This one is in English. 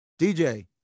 dj